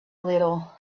little